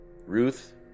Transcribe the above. Ruth